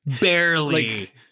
barely